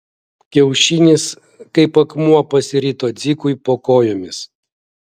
kiaušinis kaip akmuo pasirito dzikui po kojomis